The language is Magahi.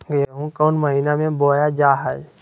गेहूँ कौन महीना में बोया जा हाय?